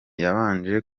yabanje